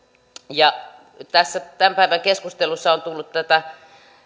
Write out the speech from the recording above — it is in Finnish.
tässä tämän päivän keskustelussa on tullut tätä